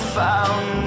found